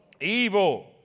evil